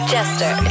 Jester